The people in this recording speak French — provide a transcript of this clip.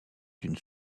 d’une